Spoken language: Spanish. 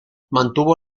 mantuvo